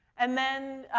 and then,